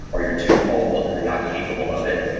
or you're too old or not capable of it,